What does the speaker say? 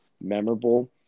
memorable